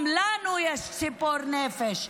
גם לנו יש ציפור נפש,